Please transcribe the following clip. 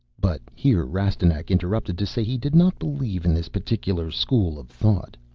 but here rastignac interrupted to say he did not believe in this particular school of thought,